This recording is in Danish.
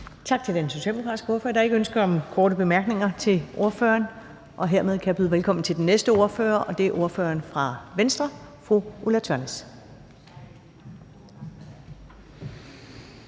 Tak til den socialdemokratiske ordfører. Der er ikke ønske om korte bemærkninger til ordføreren. Og hermed kan jeg byde velkommen til den næste ordfører, og det er ordføreren for Venstre, fru Ulla Tørnæs.